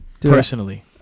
personally